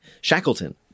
Shackleton